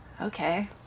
Okay